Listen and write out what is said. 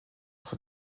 von